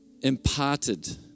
imparted